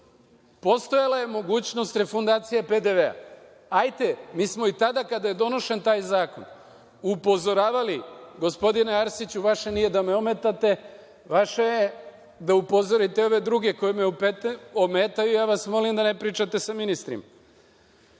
Postojala je mogućnost refundacije PDV-a. Hajte, mi smo i tada kada je donošen taj zakon upozoravali, gospodine Arsiću vaše nije da me ometate, vaše je da upozorite ove druge koji me ometaju, i ja vas molim da ne pričate sa ministrima. Dakle,